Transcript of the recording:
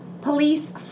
police